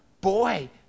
boy